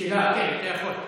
שאלה אחרת, אתה יכול.